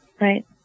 right